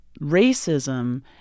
racism